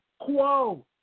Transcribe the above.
Quo